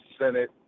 Senate